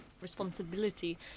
responsibility